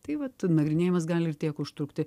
tai vat nagrinėjimas gali tiek užtrukti